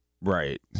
Right